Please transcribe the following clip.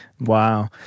Wow